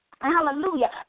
hallelujah